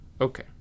Okay